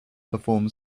perform